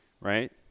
right